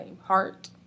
heart